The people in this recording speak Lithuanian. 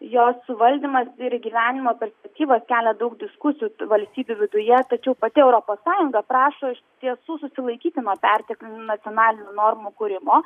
jos suvaldymas ir gyvenimo perspektyvos kelia daug diskusijų valstybių viduje tačiau pati europos sąjunga prašo iš tiesų susilaikyti nuo perteklinių nacionalinių normų kūrimo